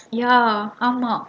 ya ஆமா:aamaa